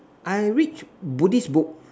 I reach buddhist book